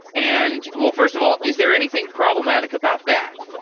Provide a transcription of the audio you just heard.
and well, first of all, is there anything problematic about that?